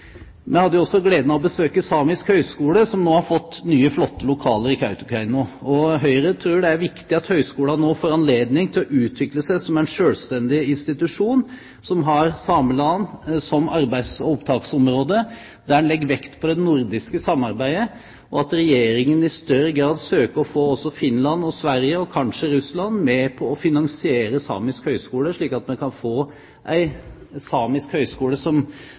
Vi hadde også gleden av å besøke Samisk høgskole, som nå har fått nye, flotte lokaler i Kautokeino. Høyre tror det er viktig at høgskolen nå får anledning til å utvikle seg som en selvstendig institusjon som har Sameland som arbeids- og opptaksområde, der en legger vekt på det nordiske samarbeidet, og at Regjeringen i større grad søker å få også Finland og Sverige – og kanskje Russland – med på å finansiere Samisk høgskole, slik at vi kan få en samisk høgskole, som